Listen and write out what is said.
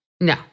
No